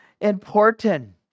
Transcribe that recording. important